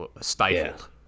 stifled